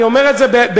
אני אומר את זה בהערכה,